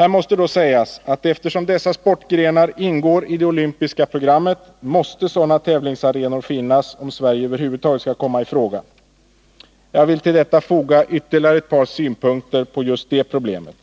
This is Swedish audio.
Här måste då sägas att eftersom dessa sportgrenar ingår i det olympiska programmet, måste sådana tävlingsarenor finnas om Sverige över huvud taget skall komma i fråga. Jag vill till detta foga ytterligare ett par synpunkter på just det problemet.